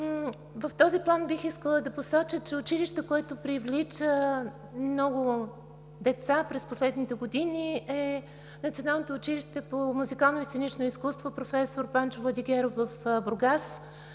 В този план бих искала да посоча, че училището, което привлича много деца през последните години, е Националното училище за музикално и сценично изкуство „Проф. Панчо Владигеров“ в Бургас.